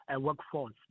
workforce